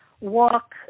walk